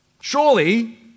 Surely